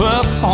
up